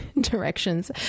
directions